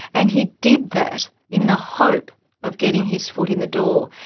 and he did that in the hope of getting his foot in the door.